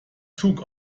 zug